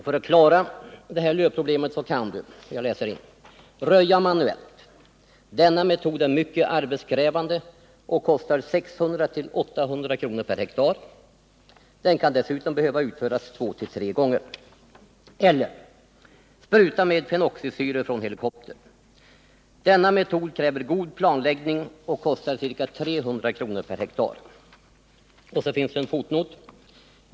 ”För att klara ditt lövproblem kan du Röja manuellt Denna metod är mycket arbetskrävande och kostar ca 600-800 kr ha. OBS.